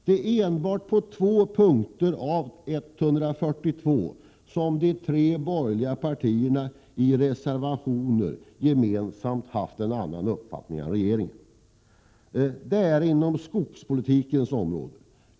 Det är enbart på två punkter av 142 som de tre borgerliga partierna i reservationer gemensamt haft en annan uppfattning än regeringen. Det är inom skogspolitikens område.